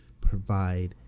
provide